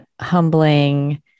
humbling